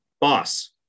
boss